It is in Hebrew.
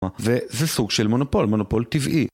וזה סוג של מונופול, מונופול טבעי.